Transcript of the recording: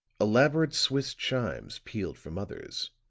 elaborate swiss chimes pealed from others